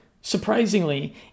surprisingly